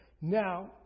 Now